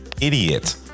idiot